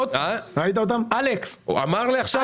הוא אמר לי עכשיו.